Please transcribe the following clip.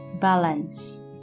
balance